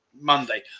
Monday